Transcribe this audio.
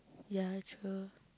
ya true